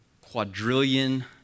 quadrillion